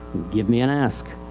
give me an ask.